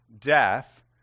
death